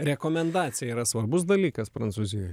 rekomendacija yra svarbus dalykas prancūzijoj